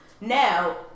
Now